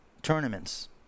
tournaments